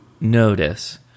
notice